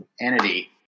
entity